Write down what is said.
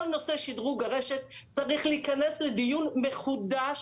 כל נושא שדרוג הרשת צריך להיכנס לדיון מחודש,